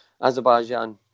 Azerbaijan